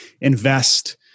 invest